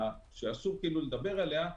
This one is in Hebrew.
זאת שאסור לדבר עליה,